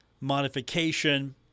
modification